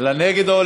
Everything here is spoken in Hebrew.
התשע"ה 2015,